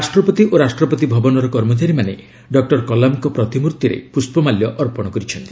ରାଷ୍ଟ୍ରପତି ଓ ରାଷ୍ଟ୍ରପତି ଭବନର କର୍ମଚାରୀମାନେ ଡକ୍ଟର କଲାମଙ୍କ ପ୍ରତିମୂର୍ତ୍ତିରେ ପୁଷ୍ପମାଲ୍ୟ ଅର୍ପଣ କରିଚ୍ଛନ୍ତି